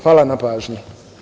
Hvala na pažnji.